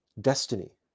destiny